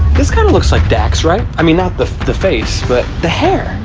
this kind of looks like dax, right? i mean, not the, the face, but the hair.